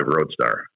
Roadstar